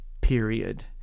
period